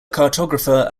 cartographer